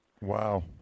Wow